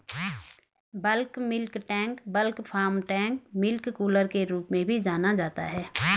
bulk milk tank bulk farm tank milk cooler के रूप में भी जाना जाता है,